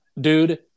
Dude